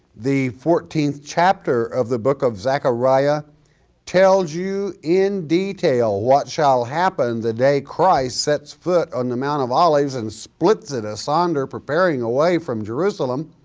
the fourteenth chapter of the book of zechariah tells you in detail what shall happen the day christ sets foot on the mount of olives and splits is asunder preparing a way from jerusalem